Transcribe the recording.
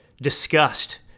disgust